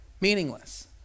meaningless